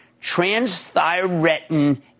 transthyretin